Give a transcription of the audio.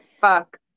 fuck